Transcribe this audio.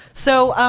so,